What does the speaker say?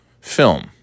film